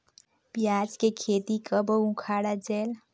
पियाज के खेती कब अउ उखाड़ा जायेल?